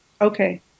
Okay